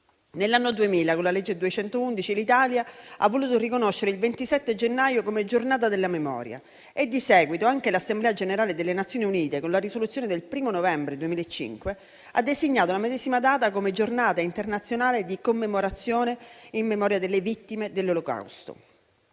Nell'anno 2000, con la legge n. 211, l'Italia ha voluto riconoscere il 27 gennaio come Giornata della Memoria e di seguito anche l'Assemblea generale delle Nazioni Unite, con la risoluzione del 1° novembre 2005 ha designato la medesima data come Giornata internazionale di commemorazione in memoria delle vittime dell'Olocausto.